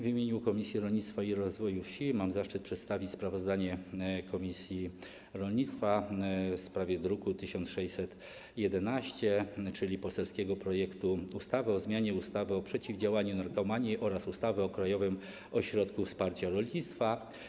W imieniu Komisji Rolnictwa i Rozwoju Wsi mam zaszczyt przedstawić sprawozdanie komisji rolnictwa w sprawie druku nr 1611, czyli poselskiego projektu ustawy o zmianie ustawy o przeciwdziałaniu narkomanii oraz ustawy o Krajowym Ośrodku Wsparcia Rolnictwa.